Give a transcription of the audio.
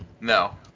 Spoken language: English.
No